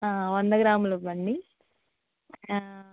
వంద గ్రాములు ఇవ్వండి